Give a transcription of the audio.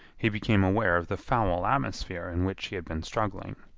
he became aware of the foul atmosphere in which he had been struggling.